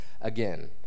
again